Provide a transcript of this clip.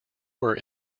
were